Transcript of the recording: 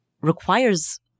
requires